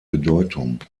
bedeutung